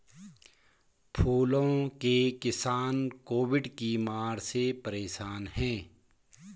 फूलों के किसान कोविड की मार से परेशान है